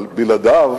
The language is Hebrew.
אבל בלעדיו